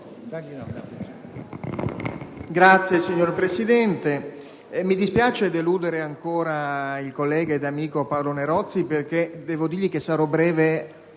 Signora Presidente, mi dispiace deludere ancora il collega ed amico Paolo Nerozzi, ma devo dirgli che sarò breve